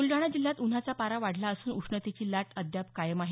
बुलडाणा जिल्ह्यात उन्हाचा पारा वाढला असून उष्णतेची लाट अद्याप कायम आहे